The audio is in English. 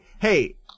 hey